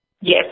Yes